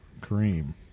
cream